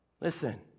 Listen